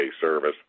service